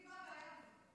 מה הבעיה?